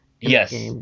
Yes